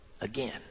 again